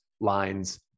lines